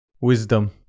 Wisdom